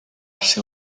ser